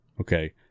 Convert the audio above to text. okay